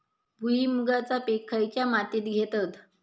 भुईमुगाचा पीक खयच्या मातीत घेतत?